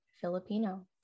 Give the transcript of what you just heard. Filipino